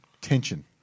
tension